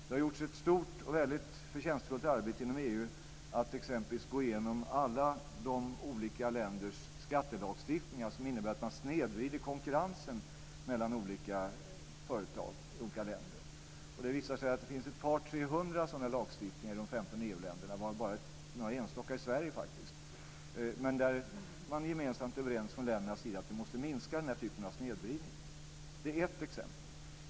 Det har gjorts ett stort och förtjänstfullt arbete inom EU när det gäller att exempelvis gå igenom alla de olika ländernas olika skattelagstiftningar. Dessa innebär att man snedvrider konkurrensen mellan företag i olika länder. Det har visat sig att det finns ett par tre hundra sådana här lagstiftningar i de 15 EU länderna - varav bara några enstaka i Sverige faktiskt. Man är gemensamt överens från ländernas sida att man måste minska den här typen av snedvridning. Detta är ett exempel.